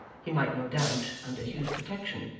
he might no doubt, under hugh's protection,